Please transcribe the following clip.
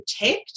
protect